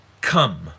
come